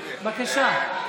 בבקשה.